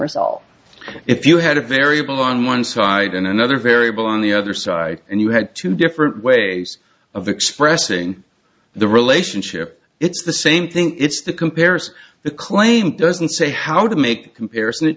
result if you had a variable on one side and another variable on the other side and you had two different ways of expressing the relationship it's the same thing it's the comparison the claim doesn't say how to make that comp